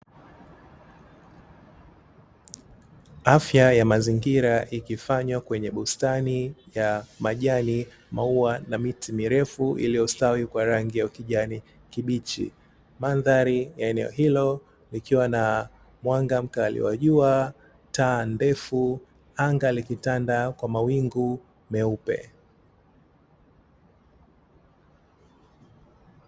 Afya ya mazingira ikifanywa kwenye bustani ya majani, maua na miti mirefu iliyostawi kwa rangi ya ukijani kibichi, mandhari ya eneo hilo ikiwa na mwanga mkali wa jua, taa ndefu anga likitanda kwa mawingu meupe.